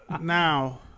Now